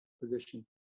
position